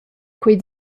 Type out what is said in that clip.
quei